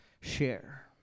share